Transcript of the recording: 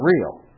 real